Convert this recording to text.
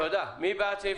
מי בעד סעיף